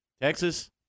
Texas